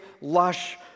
lush